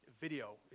video